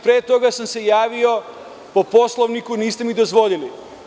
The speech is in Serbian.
Pre toga sam se javio po Poslovniku, niste mi dozvolili.